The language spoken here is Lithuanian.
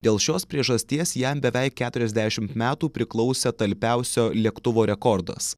dėl šios priežasties jam beveik keturiasdešimt metų priklausė talpiausio lėktuvo rekordas